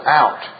out